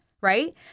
Right